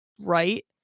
right